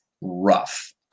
rough